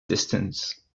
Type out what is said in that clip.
distance